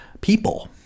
people